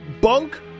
Bunk